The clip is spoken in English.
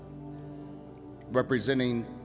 representing